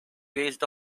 based